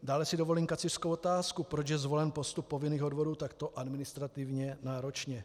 Dále si dovolím kacířskou otázku, proč je zvolen postup povinných odvodů takto administrativně náročně.